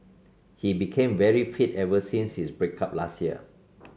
he became very fit ever since his break up last year